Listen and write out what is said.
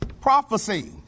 Prophecy